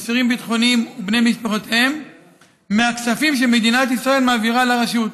אסירים ביטחוניים ובני משפחותיהם מהכספים שמדינת ישראל מעבירה לרשות.